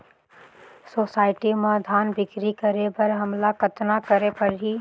Society म धान बिक्री करे बर हमला कतना करे परही?